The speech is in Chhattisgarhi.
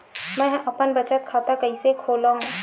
मेंहा अपन बचत खाता कइसे खोलव?